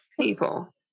People